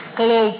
Hello